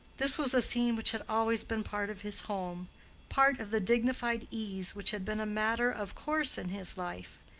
this was a scene which had always been part of his home part of the dignified ease which had been a matter of course in his life.